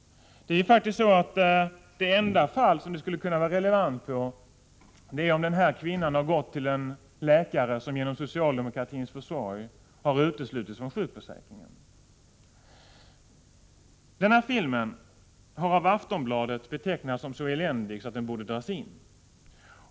Det enda fall då denna skildring skulle kunna vara relevant är faktiskt om kvinnan hade gått till en läkare som genom socialdemokratins försorg har uteslutits från sjukförsäkringen. Filmen har av Aftonbladet betecknats som så eländig att den borde dras in.